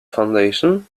foundation